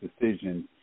decisions